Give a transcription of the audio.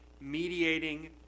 mediating